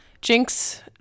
Jinx